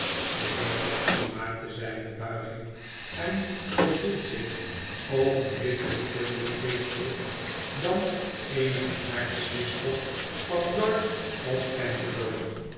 de heer sapsea maakt zyne buiging engevoelt zich oogenblikkelyk veel meer geestelyk dan eenige aartsbisschop van york of canterbury